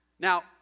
Now